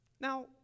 Now